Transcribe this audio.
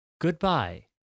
Goodbye